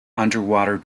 underwater